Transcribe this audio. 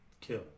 kill